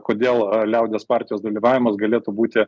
kodėl liaudies partijos dalyvavimas galėtų būti